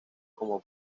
como